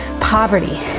Poverty